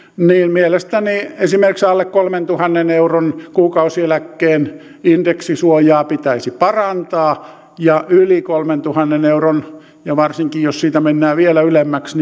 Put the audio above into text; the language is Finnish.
mielestäni esimerkiksi alle kolmentuhannen euron kuukausieläkkeen indeksisuojaa pitäisi parantaa ja yli kolmentuhannen euron varsinkin jos siitä mennään vielä ylemmäksi